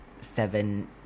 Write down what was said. seven